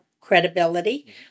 credibility